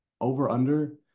over-under